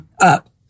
up